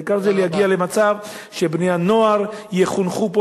העיקר זה להגיע למצב שבני-הנוער יחונכו פה